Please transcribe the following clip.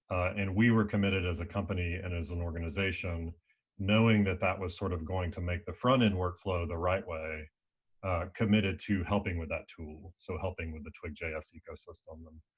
and we were committed as a company and as an organization knowing that that was sort of going to make the front-end work flow the right way committed to helping with that tool. so helping with the twig js eco-system.